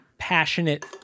passionate